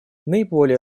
наиболее